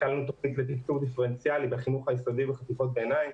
הכנו תוכנית לתקצוב דיפרנציאלי בחינוך היסודי ובחטיבות הביניים,